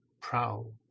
prowl